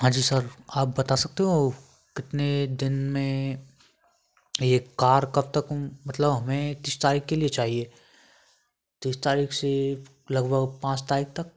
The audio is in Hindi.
हाँ जी सर आप बता सकते हो कितने दिन में यह कार कब तक मतलब हमें तीस तारीख के लिए चाहिए तीस तारीख से लगभग पाँच तारीख तक